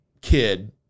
kid